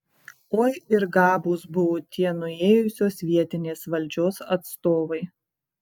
oi ir gabūs buvo tie nuėjusios vietinės valdžios atstovai